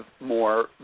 more